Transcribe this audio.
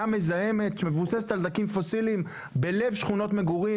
מזהמת שמבוססת על דלקים פוסיליים בלב שכונות מגורים.